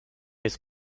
jest